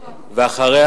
ואחריה,